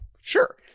sure